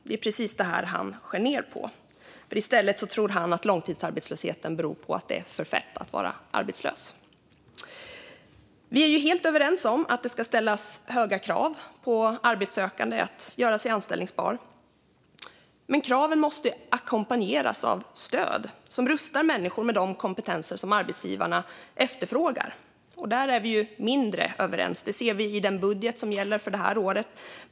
Det är precis det han skär ned på. I stället tror han att långtidsarbetslösheten beror på att det är för fett att vara arbetslös. Vi är helt överens om att det ska ställas höga krav på arbetssökande att göra sig anställbara. Men kraven måste ackompanjeras av stöd som rustar människor med de kompetenser som arbetsgivarna efterfrågar. Där är vi mindre överens; det ser vi i den budget som gäller för det här året.